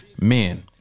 men